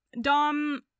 Dom